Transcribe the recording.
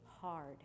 hard